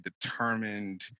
determined